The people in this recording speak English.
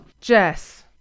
Jess